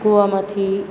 કૂવામાંથી